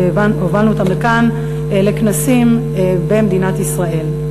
שהובלנו אותם לכאן לכנסים במדינת ישראל.